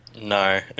No